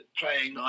playing